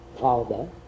father